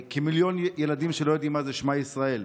כמיליון ילדים שלא יודעים מה זה שמע ישראל?